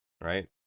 right